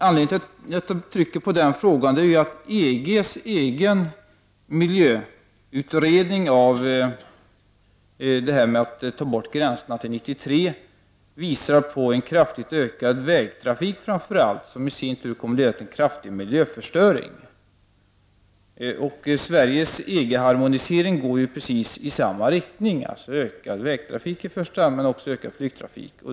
Anledningen till att man trycker på just denna fråga är att EGs miljöutredning om att ta bort gränserna 1993 visar på en kraftigt ökad framför allt vägtrafik, som i sin tur kommer att leda till kraftigt ökad miljöförstöring. Sveriges EG-harmonisering går precis i samma riktning, alltså en ökad vägtrafik i första hand men också ökad flygtrafik.